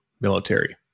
military